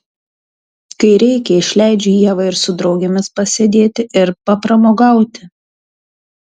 kai reikia išleidžiu ievą ir su draugėmis pasėdėti ir papramogauti